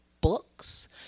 books